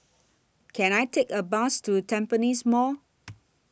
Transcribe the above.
Can I Take A Bus to Tampines Mall